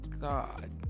God